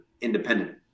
independent